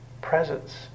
presence